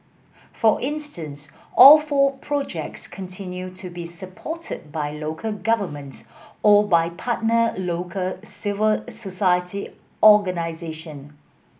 for instance all four projects continue to be supported by local governments or by partner local civil society organisation